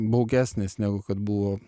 baugesnis negu kad buvo